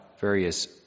various